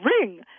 ring